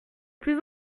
plus